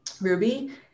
Ruby